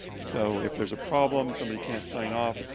so if there's a problem, somebody can't sign off,